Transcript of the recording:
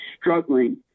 struggling